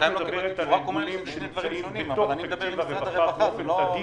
כשאת מדברת על הארגונים שנמצאים בתוך תקציב הרווחה באופן סדיר,